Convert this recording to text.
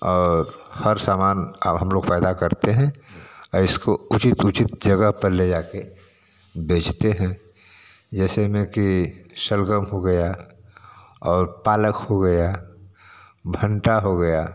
और हर सामान अब हम लोग पैदा करते हैं और इसको उचित उचित जगह पर ले जाके बेचते हैं जैसे में कि शलगम हो गया और पालक हो गया भंटा हो गया